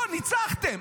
פה ניצחתם.